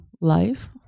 life